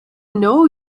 know